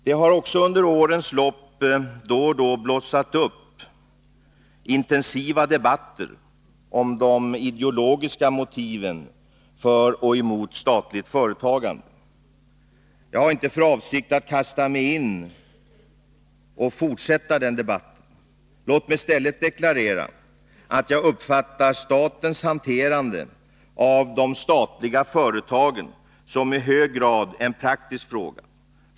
Det har också under årens lopp då och då blossat upp intensiva debatter om de ideologiska motiven för och emot statligt företagande. Jag har inte för avsikt att kasta mig in i och fortsätta den debatten. Låt mig i stället deklarera att jag uppfattar statens hanterande av de statliga företagen som i hög grad en praktisk fråga.